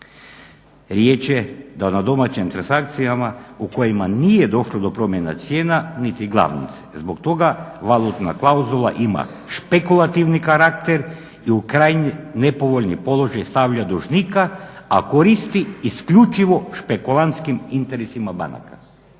Riječ je da na domaćim transakcijama u kojima nije došlo do promjena cijena niti glavnice zbog toga valutna klauzula ima špekulativni karakter i u krajnje nepovoljni položaj stavlja dužnika, a koristi isključivo špekulantskim interesima banaka.